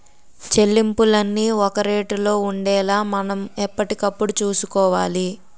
చెల్లింపులన్నీ ఒక రేటులో ఉండేలా మనం ఎప్పటికప్పుడు చూసుకోవాలి